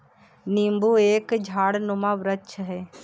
नींबू एक झाड़नुमा वृक्ष है